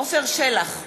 עפר שלח,